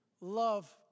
Love